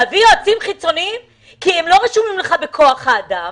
להביא יועצים חיצוניים שלא רשומים בכוח האדם,